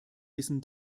wissen